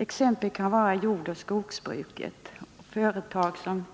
Exempel kan vara jordoch skogsbruket, företag som